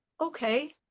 okay